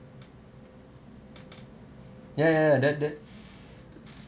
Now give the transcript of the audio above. ya ya ya that that